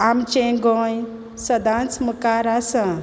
आमचें गोंय सदांच मुखार आसा